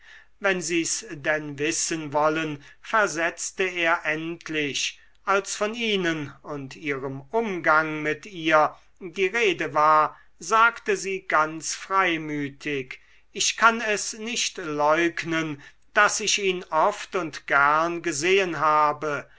wenn sie's denn wissen wollen versetzte er endlich als von ihnen und ihrem umgang mit ihr die rede war sagte sie ganz freimütig ich kann es nicht leugnen daß ich ihn oft und gern gesehen habe